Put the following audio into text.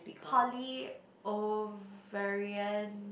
poly ovarian